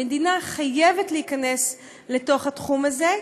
המדינה חייבת להיכנס לתוך התחום הזה,